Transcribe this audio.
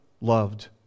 loved